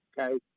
okay